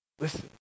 Listen